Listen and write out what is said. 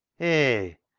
hay!